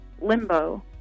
limbo